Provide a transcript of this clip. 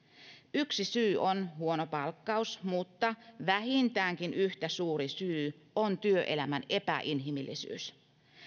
yksi syy on huono palkkaus mutta vähintäänkin yhtä suuri syy on työelämän epäinhimillisyys